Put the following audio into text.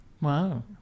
Wow